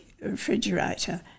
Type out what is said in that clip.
refrigerator